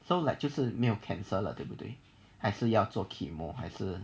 so let 就是没有 cancer 了对不对还是要做 chemo 还是